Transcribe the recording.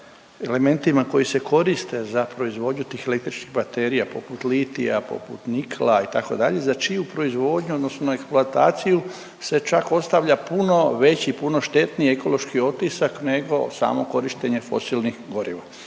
elementima koji se koriste za proizvodnju tih električnih baterija poput litija, poput nikla itd. za čiju proizvodnju odnosno eksploataciju se čak ostavlja puno veći, puno štetniji ekološki otisak nego samo korištenje fosilnih goriva,